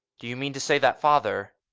do you mean to say that father?